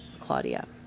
Claudia